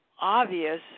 obvious